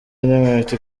inkweto